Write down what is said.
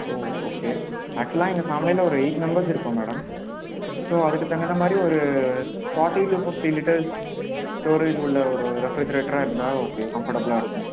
ஓ okay ஆக்சுவலா எங்கள் ஃபேம்லியில ஒரு எயிட் மெம்பர்ஸ் இருக்கோம் மேடம் ஸோ அதுக்கு தகுந்தமாதிரி ஒரு forty to fifty litres storage உள்ள ஒரு ரெஃப்ரிஜிரேட்டராக இருந்தா ஓகே கம்ஃபர்டபுளாக இருக்கும்